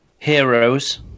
Heroes